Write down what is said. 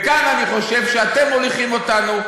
וכאן אני חושב שאתם מוליכים אותנו,